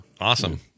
Awesome